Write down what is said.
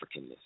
Africanness